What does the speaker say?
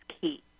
key